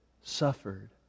suffered